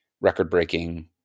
record-breaking